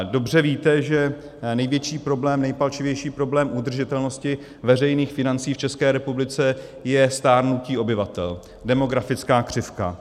Dobře víte, že největší problém, nejpalčivější problém udržitelnosti veřejných financí v České republice je stárnutí obyvatel, demografická křivka.